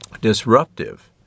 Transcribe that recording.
disruptive